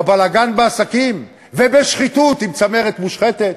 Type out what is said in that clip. בבלגן בעסקים ובשחיתות, עם צמרת מושחתת,